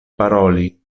paroli